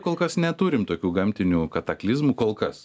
kol kas neturim tokių gamtinių kataklizmų kol kas